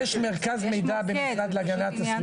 גם יש מרכז מידע במשרד להגנת הסביבה.